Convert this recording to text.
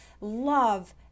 love